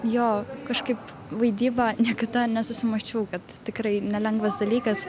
jo kažkaip vaidyba niekada nesusimąsčiau kad tikrai nelengvas dalykas